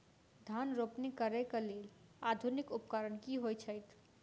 धान रोपनी करै कऽ लेल आधुनिक उपकरण की होइ छथि?